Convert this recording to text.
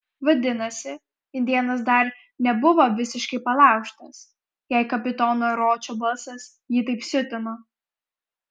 vadinasi indėnas dar nebuvo visiškai palaužtas jei kapitono ročo balsas jį taip siutino